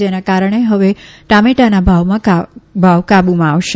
જેના કારણે ફવે ટમેટાના ભાવ કાબુમાં આવશે